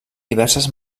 diverses